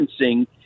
referencing